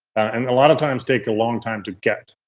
and a lot of times take a long time to get.